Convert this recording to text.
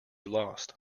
lost